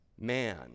man